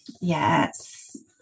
Yes